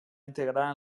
integrar